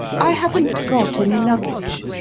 i haven't got any luggage.